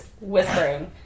whispering